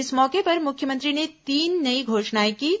इस मौके पर मुख्यमंत्री ने तीन नई घोषणाएं कीं